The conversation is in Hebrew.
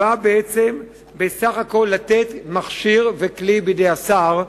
באה בסך הכול לתת מכשיר וכלי בידי השר,